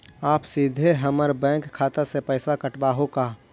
आप सीधे हमर बैंक खाता से पैसवा काटवहु का?